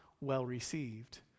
well-received